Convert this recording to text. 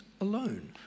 alone